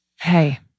hey